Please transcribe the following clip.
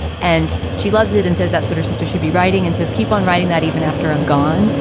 and she loves it and says that's what her sister should be writing and says, keep on writing that even after i'm gone.